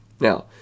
Now